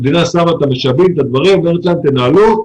המדינה שמה את המשאבים ואומרת להם תנהלו.